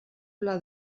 pla